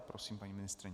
Prosím, paní ministryně.